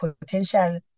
potential